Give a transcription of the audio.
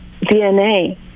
DNA